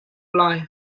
lai